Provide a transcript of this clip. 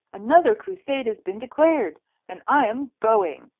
another crusade has been declared and i am going.